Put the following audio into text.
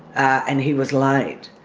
and he was like and